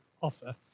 offer